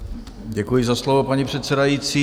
Děkuji za slovo, paní předsedající.